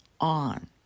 on